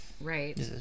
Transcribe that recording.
Right